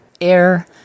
air